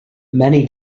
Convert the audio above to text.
many